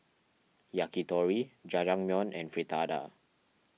Yakitori Jajangmyeon and Fritada